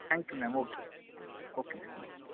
thank you ma'am okay okay ma'am